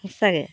সঁচাকৈ